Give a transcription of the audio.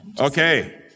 Okay